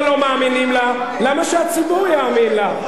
למה שהציבור יאמין לה?